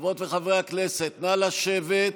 חברות וחברי הכנסת, נא לשבת,